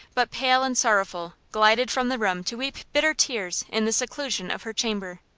but, pale and sorrowful, glided from the room to weep bitter tears in the seclusion of her chamber.